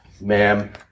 Ma'am